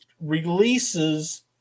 releases